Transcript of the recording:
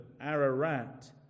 Ararat